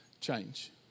change